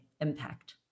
impact